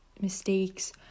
mistakes